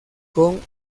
con